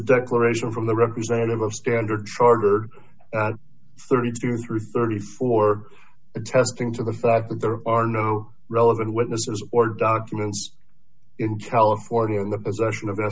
declaration from the representative of standard chartered thirty two through thirty four attesting to the fact that there are no relevant witnesses or documents in california in the possession of